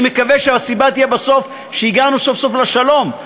אני מקווה שבסוף הסיבה תהיה שהגענו סוף-סוף לשלום.